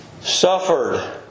suffered